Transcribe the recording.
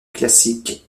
classique